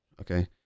okay